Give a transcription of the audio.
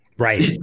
Right